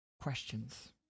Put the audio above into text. Questions